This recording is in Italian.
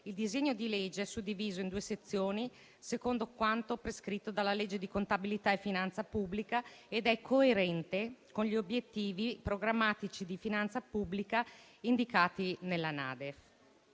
Il disegno di legge è suddiviso in due sezioni, secondo quanto prescritto dalla legge di contabilità e finanza pubblica, ed è coerente con gli obiettivi programmatici di finanza pubblica indicati nella NADEF.